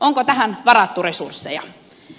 onko tähän varattu resursseja